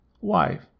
wife